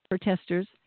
protesters